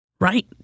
Right